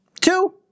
Two